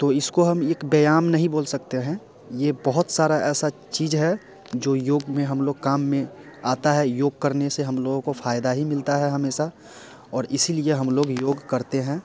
तो इसको हम एक व्यायाम नहीं बोल सकते हैं ये बहुत सारा ऐसा चीज है जो योग में हम लोग काम में आता है योग करने से हम लोगों को फायदा ही मिलता है हमेशा और इसीलिए हम लोग योग करते हैं